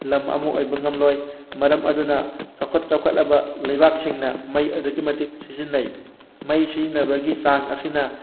ꯂꯝ ꯑꯃ ꯑꯣꯏꯕ ꯉꯝꯂꯣꯏ ꯃꯔꯝ ꯑꯗꯨꯅ ꯆꯥꯎꯈꯠ ꯆꯥꯎꯈꯠꯂꯕ ꯂꯩꯕꯥꯛꯁꯤꯡꯅ ꯃꯩ ꯑꯗꯨꯛꯀꯤ ꯃꯇꯤꯛ ꯁꯤꯖꯤꯟꯅꯩ ꯃꯩ ꯁꯤꯖꯤꯟꯅꯕꯒꯤ ꯆꯥꯡ ꯑꯁꯤꯅ